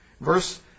Verse